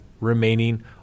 remaining